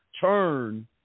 turn